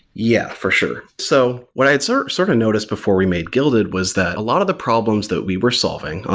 yeah, for sure. so, what i had sort sort of noticed before we made guilded was that a lot of the problems that we were solving,